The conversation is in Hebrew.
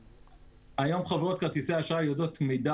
היום חברות כרטיסי האשראי יודעות מידע